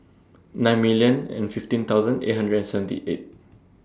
nine million and fifteen thousand eight hundred and seventy eight